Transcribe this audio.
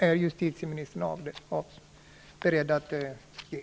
Är justitieministern beredd att ge ett svar på den frågan?